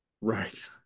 Right